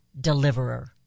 deliverer